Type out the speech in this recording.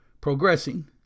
progressing